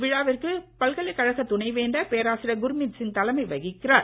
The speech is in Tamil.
விழாவிற்கு பல்கலைக்கழக துணைவேந்தர் பேராசிரியர் குர்மீத் சிங் தலைமை வகிக்கிறார்